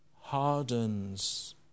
hardens